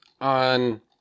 on